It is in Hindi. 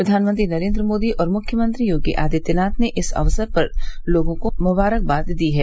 प्रधानमंत्री नरेन्द्र मोदी और मुख्यमंत्री योगी आदित्यनाथ ने इस अवसर पर लोगों को मुबारकबाद दी है